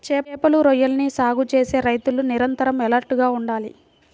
చేపలు, రొయ్యలని సాగు చేసే రైతులు నిరంతరం ఎలర్ట్ గా ఉండాలి